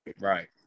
Right